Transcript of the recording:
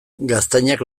gaztainak